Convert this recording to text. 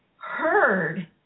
heard